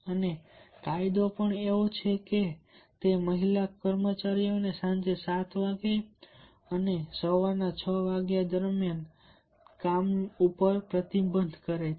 અને કાયદો પણ એવો છે કે તે મહિલા કર્મચારીઓને સાંજે 7 અને સવારના 6 વાગ્યા દરમિયાન પ્રતિબંધિત કરે છે